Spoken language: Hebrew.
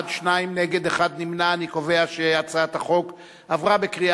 ההצעה להעביר את הצעת חוק להסדרת הפיקוח על כלבים (תיקון מס'